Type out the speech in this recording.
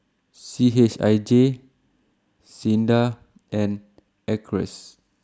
C H I J S I N D A and Acres